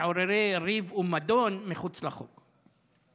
מעוררי ריב ומדון, מחוץ לחוק.